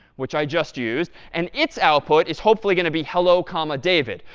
which i just used. and its output is hopefully going to be hello, comma, david.